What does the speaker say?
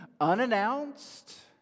unannounced